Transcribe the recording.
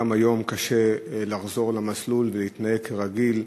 גם היום קשה לחזור למסלול ולהתנהג כרגיל.